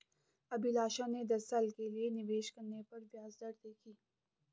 अभिलाषा ने दस साल के लिए निवेश करने पर ब्याज दरें देखी